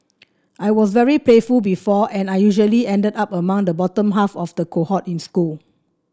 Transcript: I was very playful before and I usually ended up among the bottom half of the cohort in school